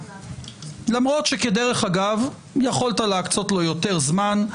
למרות שהיית יכול להקצות לו יותר זמן.